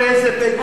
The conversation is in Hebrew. נכון.